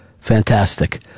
fantastic